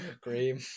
Cream